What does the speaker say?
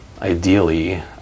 Ideally